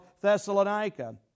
Thessalonica